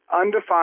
undefined